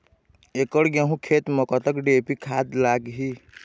एकड़ गेहूं खेत म कतक डी.ए.पी खाद लाग ही?